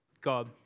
God